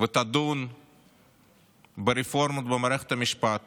ותדון ברפורמות במערכת המשפט